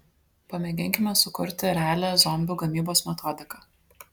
pamėginkime sukurti realią zombių gamybos metodiką